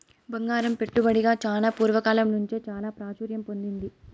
బంగారం పెట్టుబడిగా చానా పూర్వ కాలం నుంచే చాలా ప్రాచుర్యం పొందింది